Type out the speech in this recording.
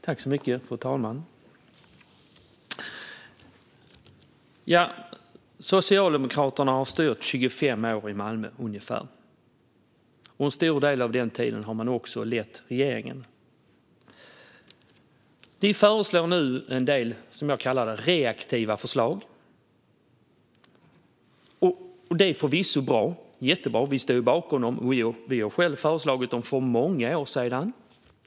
Fru talman! Socialdemokraterna har styrt i Malmö i ungefär 25 år. En stor del av den tiden har man också lett regeringen. Man föreslår nu en del reaktiva förslag, som jag kallar det. Det är förvisso jättebra; vi står bakom förslagen, och vi har själva lagt fram dem för många år sedan.